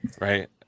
Right